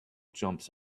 jumps